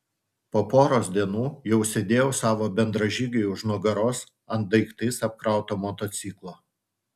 po poros dienų jau sėdėjau savo bendražygiui už nugaros ant daiktais apkrauto motociklo